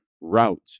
route